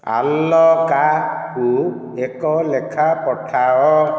ଆଲକାକୁ ଏକ ଲେଖା ପଠାଅ